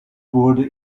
wurde